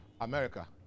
America